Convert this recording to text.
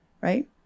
right